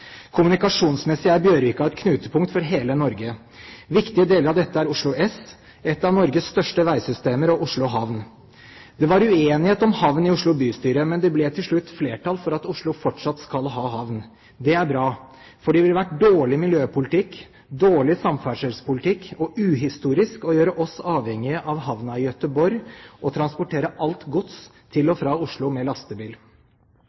Kommunikasjonsmessig er Bjørvika et knutepunkt for hele Norge. Viktige deler av dette er Oslo S, et av Norges største veisystemer, og Oslo havn. Det var uenighet om havnen i Oslo bystyre, men det ble til slutt flertall for at Oslo fortsatt skal ha havn. Det er bra, for det ville vært dårlig miljøpolitikk, dårlig samferdselspolitikk og uhistorisk å gjøre oss avhengige av havnen i Göteborg, og transportere alt gods til